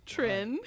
Trin